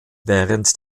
während